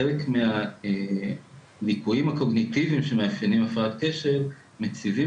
חלק מהליקויים הקוגניטיביים שמאפיינים הפרעת קשב מציבים